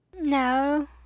No